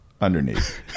underneath